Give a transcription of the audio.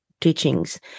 teachings